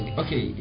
okay